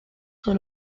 sur